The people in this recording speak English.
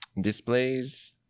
displays